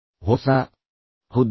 ಹೊಸ ಹುದ್ದೆಯೇ